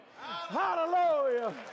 Hallelujah